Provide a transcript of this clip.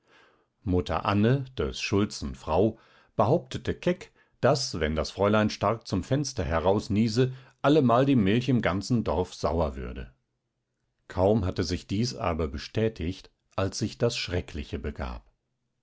mutter anne des schulzen frau behauptete keck daß wenn das fräulein stark zum fenster heraus niese allemal die milch im ganzen dorfe sauer würde kaum hatte sich dies aber bestätigt als sich das schreckliche begab